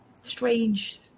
strange